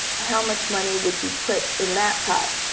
how much money would you put in that pot?